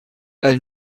elle